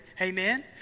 amen